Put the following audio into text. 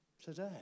today